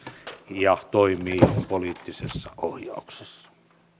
ja toimii poliittisessa ohjauksessa